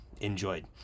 enjoyed